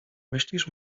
myślisz